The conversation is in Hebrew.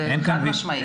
חד משמעית.